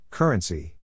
Currency